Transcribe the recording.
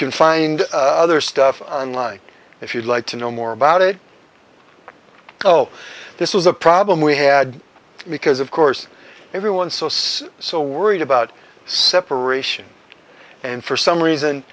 can find other stuff online if you'd like to know more about it oh this is a problem we had because of course everyone so so so worried about separation and for some reason